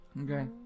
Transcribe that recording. Okay